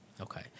Okay